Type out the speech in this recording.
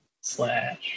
slash